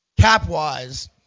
cap-wise